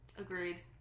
Agreed